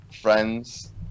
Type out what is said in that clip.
friends